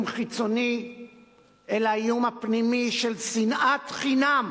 חיצוני אלא האיום הפנימי של שנאת חינם.